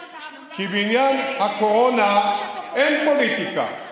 לא היינו שותפים, כי בעניין הקורונה אין פוליטיקה.